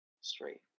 Straight